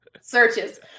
searches